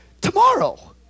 tomorrow